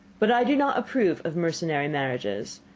but i do not approve of mercenary marriages.